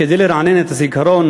כדי לרענן את הזיכרון,